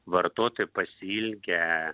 vartotojai pasiilgę